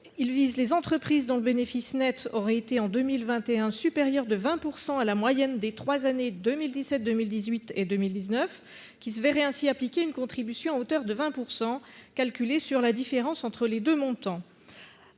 il vise les entreprises dont le bénéfice Net aurait été en 2021 supérieur de 20 % à la moyenne des 3 années 2017, 2018 et 2019 qui se verraient ainsi appliquer une contribution à hauteur de 20 % calculée sur la différence entre les 2 montants,